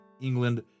England